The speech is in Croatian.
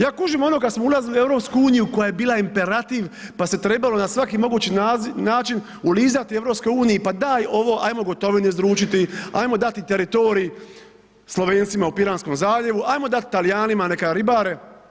Ja kužim ono kada smo ulazili u EU koja je bila imperativ pa se trebalo na svaki mogući način ulizati EU, pa daj ovo, ajmo Gotovinu izručiti, ajmo dati teritorij Slovencima u Piranskom zaljevu, ajmo dati Talijanima neka ribare.